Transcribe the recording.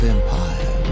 Empire